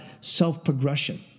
self-progression